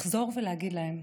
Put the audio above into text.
לחזור ולהגיד להם,